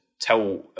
tell